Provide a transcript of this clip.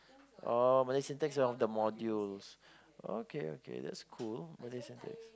oh Malay syntax is one of the modules okay okay that's cool Malay syntax